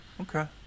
Okay